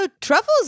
truffles